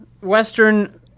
western